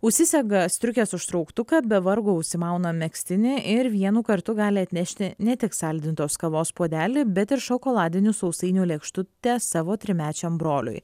užsisega striukės užtrauktuką be vargo užsimauna megztinį ir vienu kartu gali atnešti ne tik saldintos kavos puodelį bet ir šokoladinių sausainių lėkštutę savo trimečiam broliui